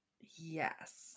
yes